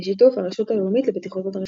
בשיתוף הרשות הלאומית לבטיחות בדרכים.